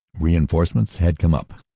reinforcements had come up,